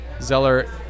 Zeller